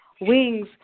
Wings